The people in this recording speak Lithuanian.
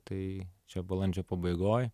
tai čia balandžio pabaigoj